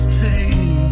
pain